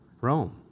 Rome